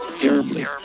terribly